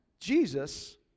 Jesus